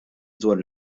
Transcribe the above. dwar